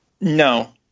No